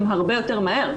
גם הרבה יותר מהר,